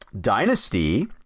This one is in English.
Dynasty